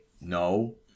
no